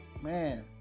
man